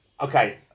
Okay